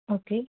okay